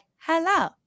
Hello